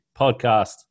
podcast